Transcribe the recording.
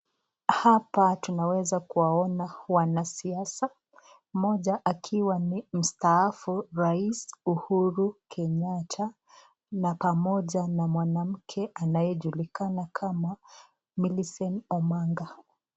Hapa tuweza kuwaona wanasiasa moja akiwa ni mstaafu rais Uhuru Kenyatta na pamoja na mwanamke anayejulikana kama Millicent Omanga.